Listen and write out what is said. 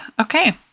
Okay